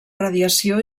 radiació